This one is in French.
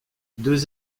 deux